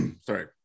sorry